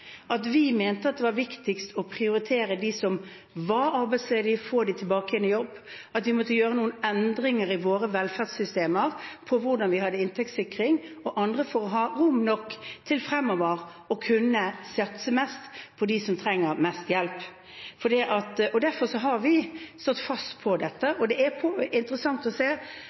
Vi mente at det var viktigst å prioritere dem som var arbeidsledige, og få dem tilbake i jobb, at vi måtte gjøre noen endringer i våre velferdssystemer for hvordan vi hadde inntektssikring, for å ha rom nok til fremover å kunne satse mest på dem som trenger mest hjelp. Derfor har vi stått fast på dette. Det er interessant å se